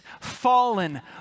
Fallen